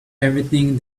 everything